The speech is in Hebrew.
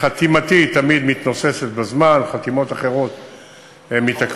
חתימתי תמיד מתנוססת בזמן, חתימות אחרות מתעכבות.